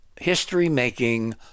history-making